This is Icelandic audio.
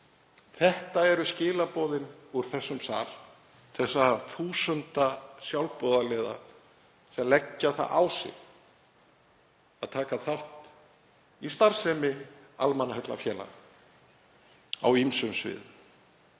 Það eru skilaboðin úr þessum sal, til þeirra þúsunda sjálfboðaliða sem leggja það á sig að taka þátt í starfsemi almannaheillafélaga á ýmsum sviðum.